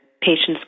patients